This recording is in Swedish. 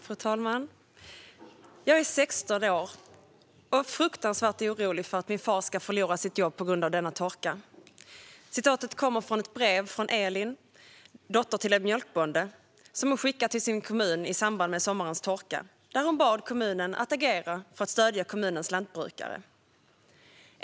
Fru talman! "Jag är 16 år och är fruktansvärt orolig för att min far ska förlora sitt jobb på grund av denna torka." Citatet kommer från ett brev som Elin, dotter till en mjölkbonde, skickade till sin kommun i samband med sommarens torka, där hon bad kommunen att agera för att stödja kommunens lantbrukare.